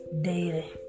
daily